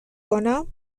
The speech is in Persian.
کنم